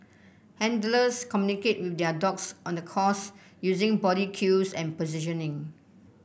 handlers communicate with their dogs on the course using body cues and positioning